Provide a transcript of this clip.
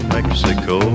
Mexico